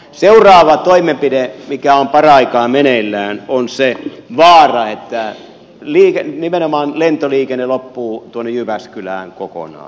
seuraava toimenpide mikä on paraikaa meneillään on se vaara että nimenomaan lentoliikenne loppuu tuonne jyväskylään kokonaan